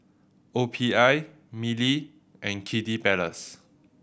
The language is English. O P I Mili and Kiddy Palace